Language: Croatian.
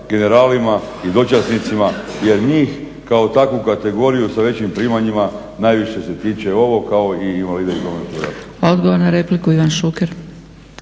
generalima i dočasnicima, jer njih kao takvu kategoriju sa većim primjerima najviše se tiče ovo kao i invalida iz Domovinskog